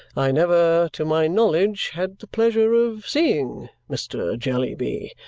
i never, to my knowledge, had the pleasure of seeing mr. jellyby.